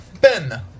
Ben